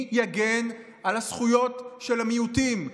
מי יגן על הזכויות של המיעוטים?